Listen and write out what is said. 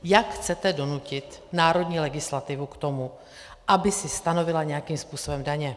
Jak chcete donutit národní legislativu k tomu, aby si stanovila nějakým způsobem daně?